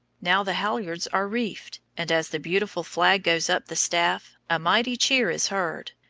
now the halyards are reefed, and as the beautiful flag goes up the staff, a mighty cheer is heard,